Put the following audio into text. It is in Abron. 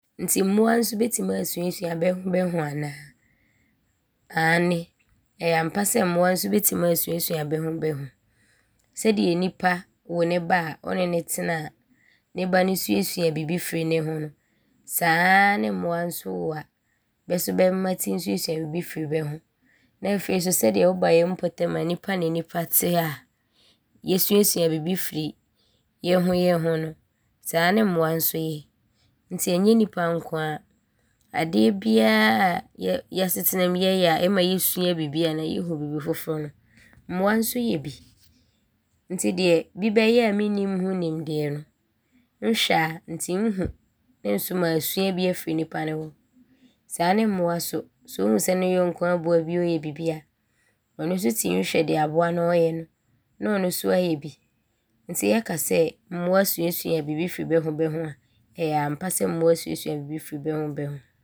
Nti mmoa nso bɛtim aasuasua bɛ ho anaa? Aane, ɔyɛ ampa sɛ, mmoa nso bɛtim aasuasua bɛ ho. Sɛdeɛ nnipa wo ne ba a ɔne no tena a ne ba no suasua bibi firi ne ho no, saa ne mmoa nso wo a bɛ so bɛ mma tim suasua bibi firi bɛ ho. Ne afei nso, sɛdeɛ woba yɛ mpɔtam a, nnipa ne nnipa te a, yɛsuasua bibi firi yɛ ho yɛ ho no, saa ne mmoa nso yɛ. Nti ɔnyɛ nnipa nko ara. Adeɛ biaa yɛ asetenam, yɛyɛ a ɔma yɛsua bibi anaa yɛhu bibi foforɔ no, mmoa nso yɛ bi nti deɛ bi bɛyɛ a menni hoo nimdeɛ no, nhwɛ a, ntim hu ne nso maasua bi afiri nnipa ne hɔ. Saa ne mmoa nso, sɛ ɔhu sɛ ne yɔnko aboa bi ɔreyɛ bibi a, ɔno so tim hwɛ deɛ aboa no ɔreyɛ ne ɔno so ayɛ bi. Nti yɛka sɛ, mmoa suasua bibi firi bɛ ho a, ɔyɛ ampa sɛ mmoa suasua bibi firi bɛ ho.